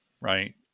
right